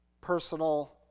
personal